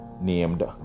named